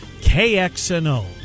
kxno